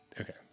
Okay